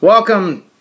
Welcome